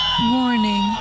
Morning